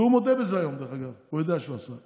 והוא מודה בזה היום, דרך אגב, הוא יודע שהוא עשה.